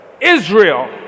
Israel